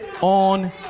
on